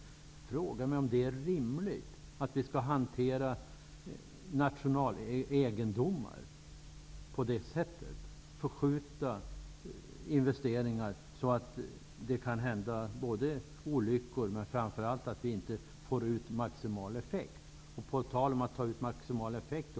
Jag frågar mig om det är rimligt att vi skall hantera nationalegendomar på det sättet. Om investeringar senareläggs på detta vis kan olyckor inträffa. Framför allt kommer vi kanske inte att få ut maximal effekt.